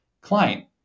client